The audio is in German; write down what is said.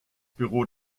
büro